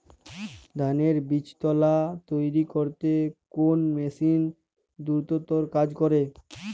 ধানের বীজতলা তৈরি করতে কোন মেশিন দ্রুততর কাজ করে?